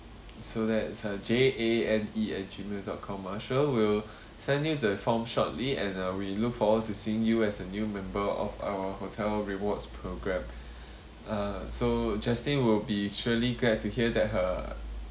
so that's uh J A N E at gmail dot com ah sure we'll send you the form shortly and uh we look forward to seeing you as a new member of our hotel rewards program uh so jaslyn will be surely glad to hear that her